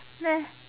meh